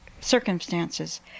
circumstances